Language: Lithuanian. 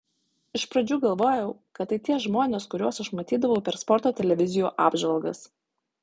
iš pradžių galvojau kad tai tie žmonės kuriuos aš matydavau per sporto televizijų apžvalgas